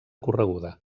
correguda